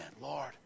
Lord